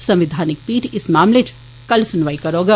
संविधानिक पीठ इस मामलें च कल सुनवाई करौग